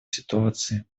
ситуации